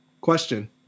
Question